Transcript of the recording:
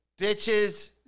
bitches